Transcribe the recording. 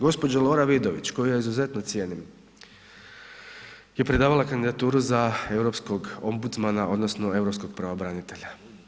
Gospođa Lora Vidović koju ja izuzetno cijenim je predavala kandidaturu za europskog ombudsmana odnosno europskog pravobranitelja.